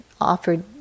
offered